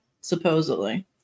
supposedly